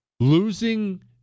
Losing